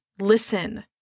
Listen